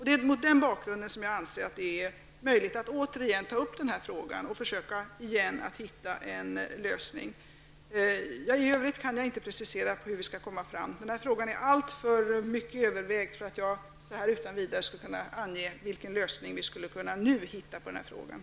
Det är mot den bakgrunden jag anser det möjligt att återigen ta upp frågan och försöka hitta en lösning. I övrigt kan jag inte precisera hur vi skall gå till väga. Frågan har övervägts i alltför hög grad för att jag utan vidare nu skulle kunna ge en lösning på problemet.